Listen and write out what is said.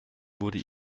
wurde